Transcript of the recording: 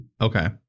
Okay